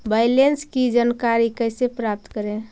Balance की जानकारी कैसे प्राप्त करे?